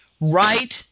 Right